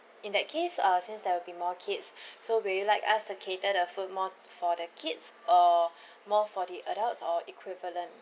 in that case uh since there will be more kids so will you like us to cater the food more for the kids or more for the adults or equivalent